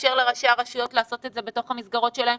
נאפשר לראשי הרשויות לעשות את זה בתוך המסגרות שלהם.